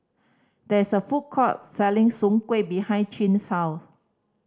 there is a food court selling Soon Kuih behind Chin's house